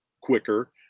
quicker –